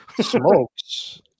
Smokes